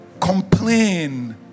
complain